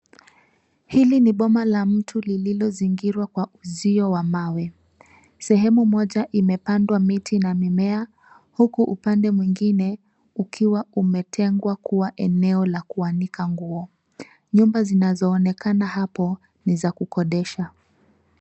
Hili ni mboma la mtu lililozingirwa kwa uzio wa mawe. Sehemu moja imepandwa miti na mimea, huku upande mwingine ukiwa umetengwa kuwa eneo la kuanika nguo. Nyumba zinazoonekana hapo ni za kukodesha.